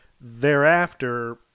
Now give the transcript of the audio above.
Thereafter